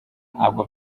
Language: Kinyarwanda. ntabwo